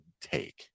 take